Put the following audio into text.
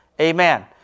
Amen